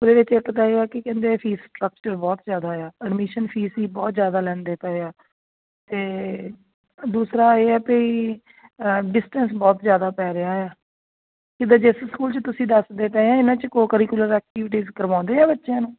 ਉਹਦੇ ਵਿੱਚ ਇੱਕ ਤਾਂ ਇਹ ਹੈ ਕਿ ਕਹਿੰਦੇ ਫੀਸ ਸਟਰਕਚਰ ਬਹੁਤ ਜ਼ਿਆਦਾ ਆ ਅਡਮਿਸ਼ਨ ਫੀਸ ਵੀ ਬਹੁਤ ਜ਼ਿਆਦਾ ਲੈਂਦੇ ਪਏ ਆ ਅਤੇ ਦੂਸਰਾ ਇਹ ਹੈ ਪਈ ਡਿਸਟੈਂਸ ਬਹੁਤ ਜ਼ਿਆਦਾ ਪੈ ਰਿਹਾ ਆ ਜਿੱਦਾਂ ਜਿਸ ਸਕੂਲ 'ਚ ਤੁਸੀਂ ਦੱਸਦੇ ਪਏ ਇਹਨਾਂ 'ਚ ਕੋਕਰੀਕੁਲਰ ਐਕਟੀਵਿਟੀਜ਼ ਕਰਵਾਉਂਦੇ ਆ ਬੱਚਿਆਂ ਨੂੰ